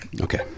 Okay